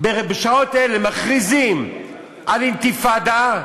בשעות האלה מכריזות על אינתיפאדה,